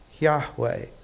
Yahweh